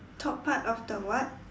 top part of the what